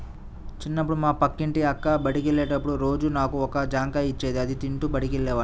చిన్నప్పుడు మా పక్కింటి అక్క బడికెళ్ళేటప్పుడు రోజూ నాకు ఒక జాంకాయ ఇచ్చేది, అది తింటూ బడికెళ్ళేవాడ్ని